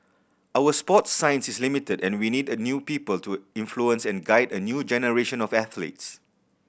our sports science is limited and we need a new people to influence and guide a new generation of athletes